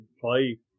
play